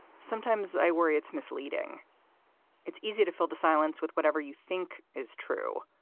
sometimes i worry it's misleading it's easy to fill the silence with whatever you think is true.